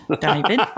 David